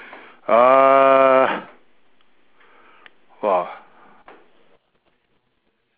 err !wah!